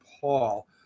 Paul